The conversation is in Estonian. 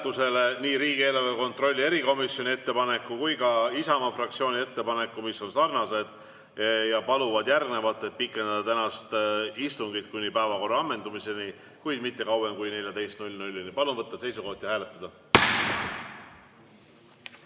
nii riigieelarve kontrolli erikomisjoni ettepaneku kui ka Isamaa fraktsiooni ettepaneku, mis on sarnased ja paluvad pikendada tänast istungit kuni päevakorra ammendumiseni, kuid mitte kauem kui kella 14-ni. Palun võtta seisukoht ja hääletada!